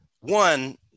one